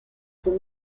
from